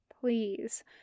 please